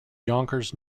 yonkers